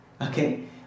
Okay